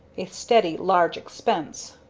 a steady, large expense.